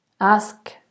ask